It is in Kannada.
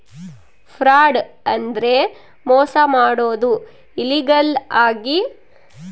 ಫ್ರಾಡ್ ಅಂದ್ರೆ ಮೋಸ ಮಾಡೋದು ಇಲ್ಲೀಗಲ್ ಆಗಿ